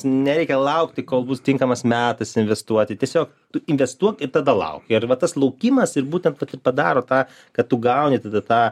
nereikia laukti kol bus tinkamas metas investuoti tiesiog tu investuok ir tada lauk ir va tas laukimas ir būtent padaro tą kad tu gauni tada tą